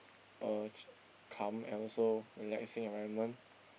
uh ch~ calm and also relaxing environment